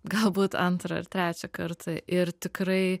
galbūt antrą ar trečią kartą ir tikrai